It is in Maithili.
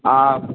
आ